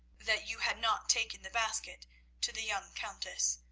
that you had not taken the basket to the young countess,